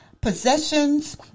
possessions